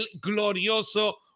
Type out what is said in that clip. Glorioso